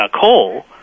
coal